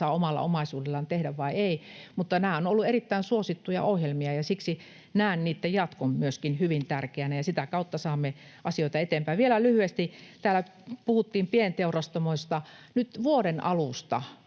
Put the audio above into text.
omalla omaisuudellaan tehdä tai ei, mutta nämä ovat olleet erittäin suosittuja ohjelmia, ja siksi näen niitten jatkon myöskin hyvin tärkeänä, ja sitä kautta saamme asioita eteenpäin. Vielä lyhyesti: Täällä puhuttiin pienteurastamoista. Nyt vuoden alusta